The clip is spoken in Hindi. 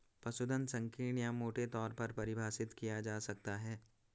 पशुधन संकीर्ण या मोटे तौर पर परिभाषित किया जा सकता है